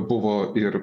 buvo ir